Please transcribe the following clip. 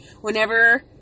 whenever